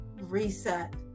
Reset